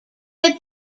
had